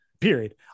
period